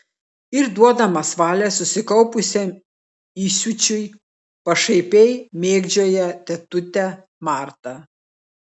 ir duodamas valią susikaupusiam įsiūčiui pašaipiai mėgdžioja tetutę martą